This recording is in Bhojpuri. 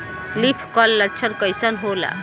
लीफ कल लक्षण कइसन होला?